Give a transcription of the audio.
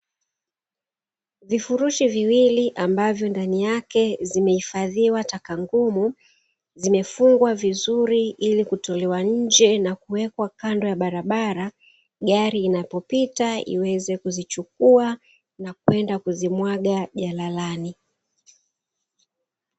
Vifurushi viwili ambavyo ndani yake zimehifadhiwa taka ngumu, zimefungwa vizuri ili kutolewa nje na kuwekwa kando ya barabara, gari inapopita iweze kuzichukua na kwenda kuzimwaga jalalani.